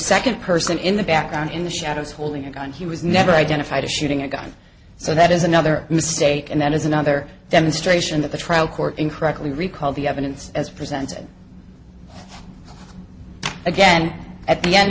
second person in the background in the shadows holding a gun he was never identified as shooting a gun so that is another mistake and that is another demonstration that the trial court incorrectly recalled the evidence as presented again at the end